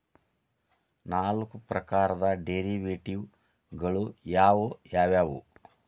ನಾಲ್ಕ್ ಪ್ರಕಾರದ್ ಡೆರಿವೆಟಿವ್ ಗಳು ಯಾವ್ ಯಾವವ್ಯಾವು?